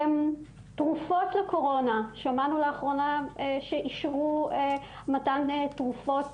תרופות לקורונה, שמענו לאחרונה שאישרו מתן תרופות